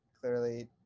clearly